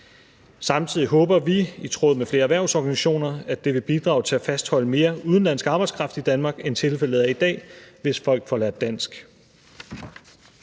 Samtidig håber vi i tråd med flere erhvervsorganisationer, at det vil bidrage til at fastholde mere udenlandsk arbejdskraft i Danmark, end tilfældet er i dag, hvis folk får lært dansk.